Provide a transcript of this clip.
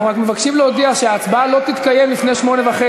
אנחנו רק מבקשים להודיע שההצבעה לא תתקיים לפני 20:30,